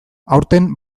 aurten